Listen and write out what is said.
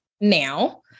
now